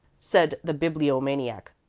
said the bibliomaniac,